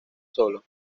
sólo